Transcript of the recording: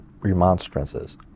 remonstrances